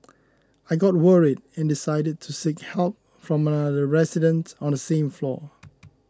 I got worried and decided to seek help from another resident on the same floor